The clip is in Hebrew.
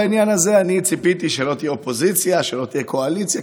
בעניין הזה ציפיתי שלא תהיה אופוזיציה ושלא תהיה קואליציה,